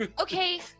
Okay